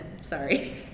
sorry